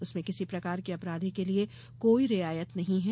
उसमें किसी प्रकार के अपराधी के लिये कोई रियायत नहीं है